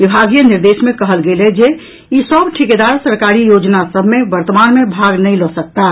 विभागीय निर्देश मे कहल गेल अछि जे ई सभ ठिकेदार सरकारी योजना सभ मे वर्तमान मे भाग नहि लऽ सकताह